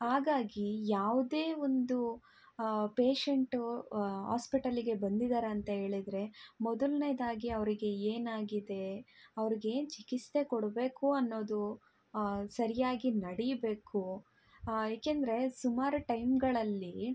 ಹಾಗಾಗಿ ಯಾವುದೇ ಒಂದು ಪೇಷೆಂಟು ಆಸ್ಪಿಟಲ್ಲಿಗೆ ಬಂದಿದ್ದಾರೆ ಅಂತ ಹೇಳಿದ್ರೆ ಮೊದಲ್ನೇದಾಗಿ ಅವರಿಗೆ ಏನಾಗಿದೆ ಅವ್ರ್ಗೆ ಏನು ಚಿಕಿತ್ಸೆ ಕೊಡಬೇಕು ಅನ್ನೋದು ಸರಿಯಾಗಿ ನಡಿಬೇಕು ಏಕೆಂದ್ರೆ ಸುಮಾರು ಟೈಮ್ಗಳಲ್ಲಿ